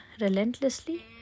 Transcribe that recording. relentlessly